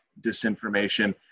disinformation